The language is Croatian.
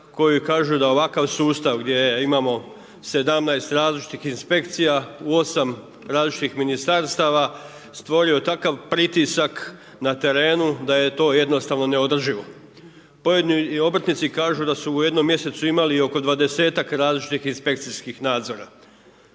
koji kažu da ovakav sustav gdje imamo 17 različitih inspekcija u 8 različitih Ministarstava, stvorio takav pritisak na terenu da je to jednostavno neodrživo. Pojedini obrtnici kažu da su u jednom mjesecu imali oko 20-ak različitih inspekcijskih nadzora,